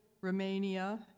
Romania